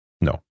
No